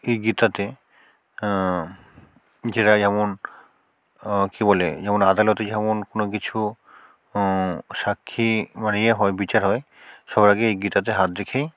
এই গীতাতে জেরা যেমন কী বলে যেমন আদালতে যেমন কোনো কিছু সাক্ষী মানে যে হয় বিচার হয় সবার আগে গীতাতে হাত রেখেই